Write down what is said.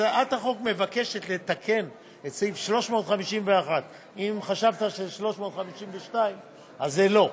הצעת החוק מבקשת לתקן את סעיף 351 לחוק אם חשבת שזה 352 אז זה לא,